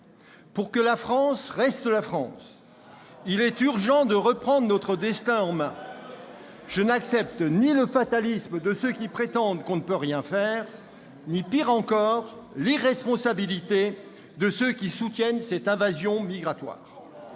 Pour que la France reste la France, il est urgent de reprendre notre destin en main. Je n'accepte ni le fatalisme de ceux qui prétendent qu'on ne peut rien faire ni, pire encore, l'irresponsabilité de ceux qui soutiennent cette invasion migratoire.